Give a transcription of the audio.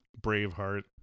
Braveheart